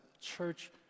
church